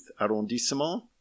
arrondissement